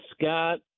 Scott